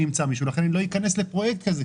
אמצא מישהו לכן אני לא אכנס לפרויקט כזה,